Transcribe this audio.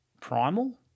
primal